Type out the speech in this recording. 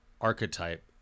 archetype